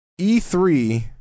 E3